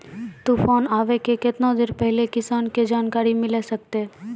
तूफान आबय के केतना देर पहिले किसान के जानकारी मिले सकते?